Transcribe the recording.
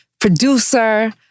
producer